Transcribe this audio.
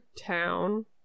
town